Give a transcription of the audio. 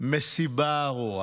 מסיבה ארורה.